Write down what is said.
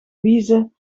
wiezen